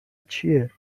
چیه